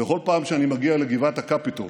בכל פעם שאני מגיע לגבעת הקפיטול,